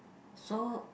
so